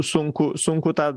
sunku sunku tą